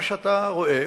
מה שאתה רואה,